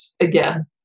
again